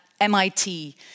MIT